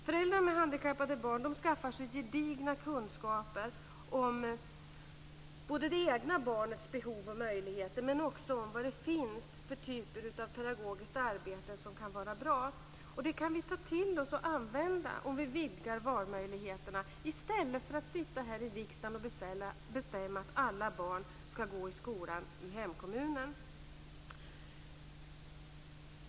Föräldrar med handikappade barn skaffar sig gedigna kunskaper både om det egna barnets behov och möjligheter och om vilka typer av pedagogiskt arbete som finns och som kan vara bra. Det kan vi ta till oss och använda om vi vidgar valmöjligheterna i stället för att sitta här i riksdagen och bestämma att alla barn ska gå i skolan i hemkommunen.